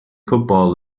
football